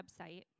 website